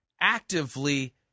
actively